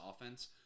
offense